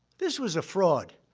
this was a fraud,